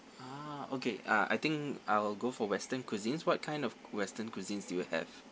ah okay ah I think I will go for western cuisines what kind of western cuisines do you have